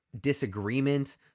disagreement